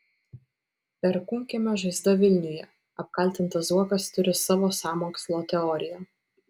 perkūnkiemio žaizda vilniuje apkaltintas zuokas turi savo sąmokslo teoriją